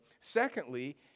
Secondly